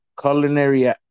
culinary